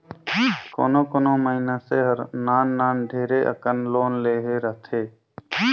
कोनो कोनो मइनसे हर नान नान ढेरे अकन लोन लेहे रहथे